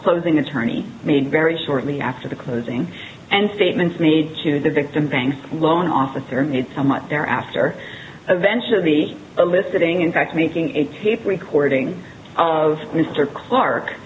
closing attorney made very shortly after the closing and statements made to the victim bank loan officer made so much there after eventually a listing in fact making a tape recording of mr clark